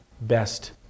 best